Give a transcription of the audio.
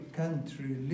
country